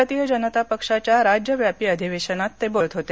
भारतीय जनता पक्षाच्या राज्यव्यापी अधिवेशनात ते बोलत होते